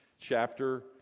chapter